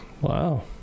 Wow